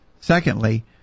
secondly